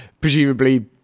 presumably